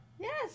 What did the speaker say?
Yes